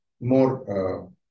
more